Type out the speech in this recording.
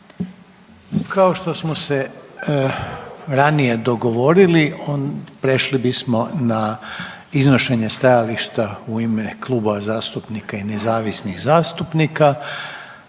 ono što se naziva slobodni govori ili iznošenje stajališta u ime kluba zastupnika i nezavisnih zastupnika